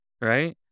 Right